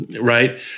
right